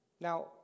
Now